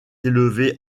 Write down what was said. élevée